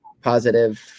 positive